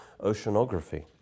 oceanography